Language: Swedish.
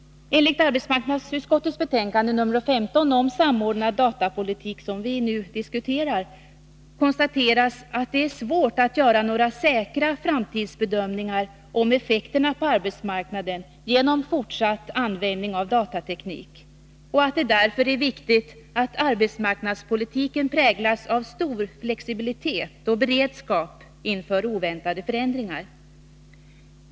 I arbetsmarknadsutskottets betänkande nr 15 om samordnad datapolitik, som vi nu diskuterar, konstateras att det är svårt att göra några säkra framtidsbedömningar om effekterna på arbetsmarknaden av fortsatt användning av datateknik och att det därför är viktigt att arbetsmarknadspolitiken präglas av stor flexibilitet och beredskap inför oväntade förändringar.